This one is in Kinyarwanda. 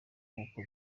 nk’uko